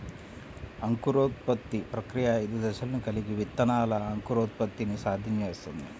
అంకురోత్పత్తి ప్రక్రియ ఐదు దశలను కలిగి విత్తనాల అంకురోత్పత్తిని సాధ్యం చేస్తుంది